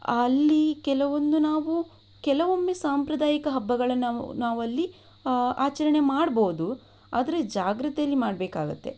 ಅಲ್ಲಿ ಕೆಲವೊಂದು ನಾವು ಕೆಲವೊಮ್ಮೆ ಸಾಂಪ್ರದಾಯಿಕ ಹಬ್ಬಗಳನ್ನು ನಾವು ಅಲ್ಲಿ ಆಚರಣೆ ಮಾಡಬಹುದು ಆದರೆ ಜಾಗ್ರತೆಯಲ್ಲಿ ಮಾಡಬೇಕಾಗತ್ತೆ